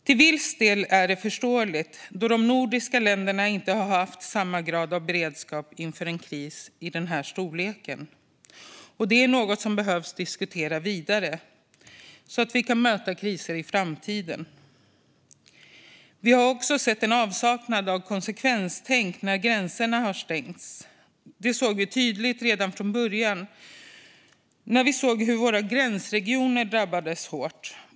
Till viss del är det förståeligt, då de nordiska länderna inte har haft samma grad av beredskap inför en kris av denna storlek. Det är något som behöver diskuteras vidare, så att vi kan möta kriser i framtiden. Vi har också sett en avsaknad av konsekvenstänk när gränserna har stängts. Det såg vi tydligt redan från början när våra gränsregioner drabbades hårt.